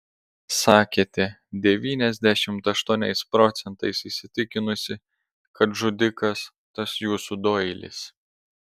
sakėte devyniasdešimt aštuoniais procentais įsitikinusi kad žudikas tas jūsų doilis